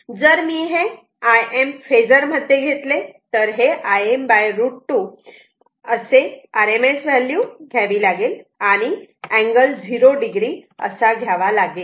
जर मी हे Im फेजर मध्ये घेतले तर हे i Im √ 2 असे RMS व्हॅल्यू घ्यावी लागेल आणि अँगल 0 o असा घ्यावा लागेल